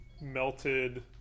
melted